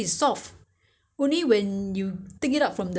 ugh 那个有那个味道的 so you know